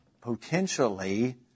potentially